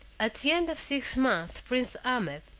at the end of six months prince ahmed,